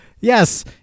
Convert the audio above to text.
yes